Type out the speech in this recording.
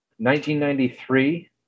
1993